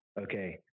Okay